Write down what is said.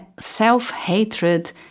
self-hatred